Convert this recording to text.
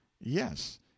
Yes